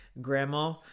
grandma